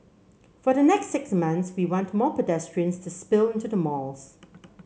for the next six months we want more pedestrians to spill into the malls